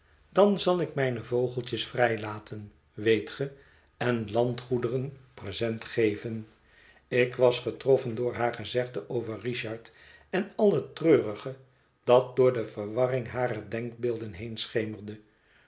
dan zal ik mijne vogeltjes vrijlaten weet ge en landgoederen present geven ik was getroffen door haar gezegde over richard en al het treurige dat door de verwarring harer denkbeelden